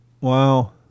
Wow